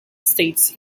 states